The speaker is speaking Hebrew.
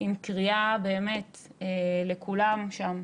עם קריאה באמת לכולם שם: